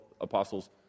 apostles